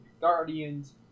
Guardians